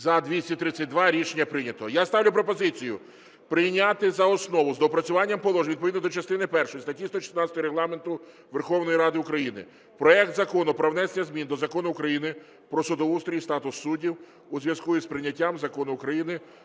За-232 Рішення прийнято. Я ставлю пропозицію прийняти за основу з доопрацюванням положень відповідно до частини першої статті 116 Регламенту Верховної Ради України проект Закону про внесення змін до Закону України "Про судоустрій і статус суддів" у зв'язку з прийняття Закону України